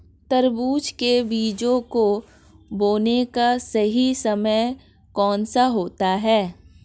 तरबूज के बीजों को बोने का सही समय कौनसा होता है?